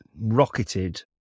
rocketed